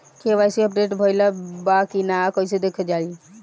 KYC update भइल बा कि ना कइसे देखल जाइ?